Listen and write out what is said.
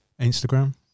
Instagram